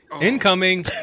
Incoming